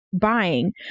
buying